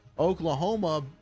Oklahoma